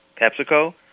PepsiCo